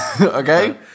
okay